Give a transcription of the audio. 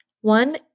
One